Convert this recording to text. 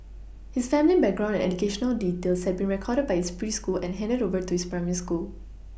his family background and educational details had been recorded by his preschool and handed over to his primary school